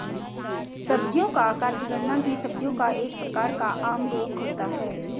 सब्जियों का आकार बिगड़ना भी सब्जियों का एक प्रकार का आम रोग होता है